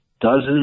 dozens